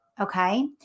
Okay